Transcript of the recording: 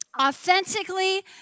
Authentically